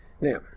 Now